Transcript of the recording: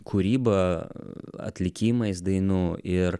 kūryba atlikimais dainų ir